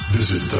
Visit